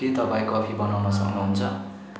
के तपाईँ कफी बनाउन सक्नुहुन्छ